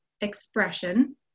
expression